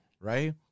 right